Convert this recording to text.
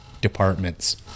departments